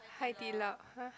Hai-Di-Lao